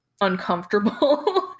uncomfortable